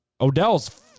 Odell's